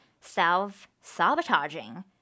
self-sabotaging